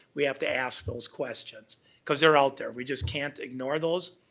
we have to ask those questions cause they're out there. we just can't ignore those.